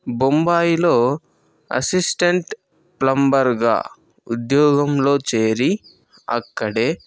బొంబాయిలో అసిస్టెంట్ ప్లంబర్గా ఉద్యోగంలో చేరి అక్కడే